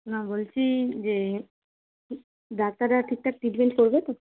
না বলছি যে ডাক্তাররা ঠিকঠাক ট্রিটমেন্ট করবে তো